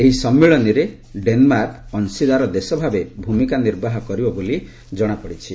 ଏହି ସମ୍ମିଳନୀରେ ଡେନମାର୍କ ଅଂଶୀଦାର ଦେଶଭାବେ ଭୂମିକା ନିର୍ବାହ କରିବ ବୋଲି ଜଣାପଡିଛି